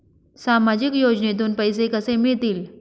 सामाजिक योजनेतून पैसे कसे मिळतील?